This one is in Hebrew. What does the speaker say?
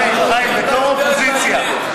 בתור אופוזיציה,